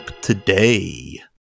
today